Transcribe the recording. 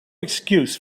excuse